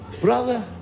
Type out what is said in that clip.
Brother